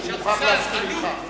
אני מוכרח להסכים אתך.